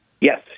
Yes